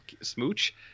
smooch